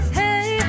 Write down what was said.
hey